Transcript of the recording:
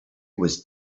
was